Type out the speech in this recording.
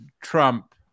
Trump